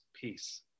peace